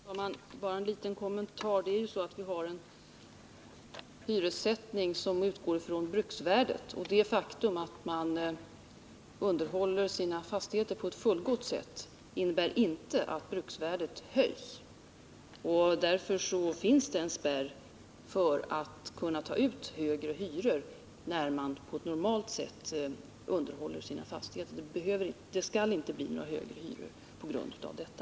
Herr talman! Bara en liten kommentar. Vi har ju en hyressättning som utgår från bruksvärdet. Det faktum att man underhåller sina fastigheter på ett fullgott sätt innebär emellertid inte att bruksvärdet höjs. Det finns alltså en spärr som hindrar att man tar ut högre hyror när man på ett normalt sätt underhåller sina fastigheter. Det skall således inte bli några högre hyror på grund av detta.